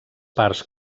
parts